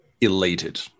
elated